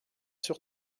sur